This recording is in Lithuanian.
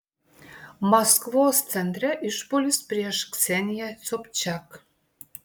maskvos centre išpuolis prieš kseniją sobčiak